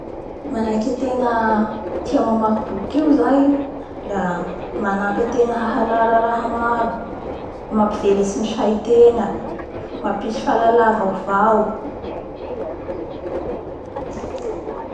Manaky ategna tia mamaky boky io zay la manamy ategna hahalala raha maro, mampivelatsy ny saitegna, mampisy fahalala vaovao.